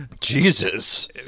Jesus